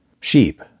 Sheep